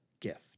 gift